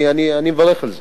אני מברך על זה.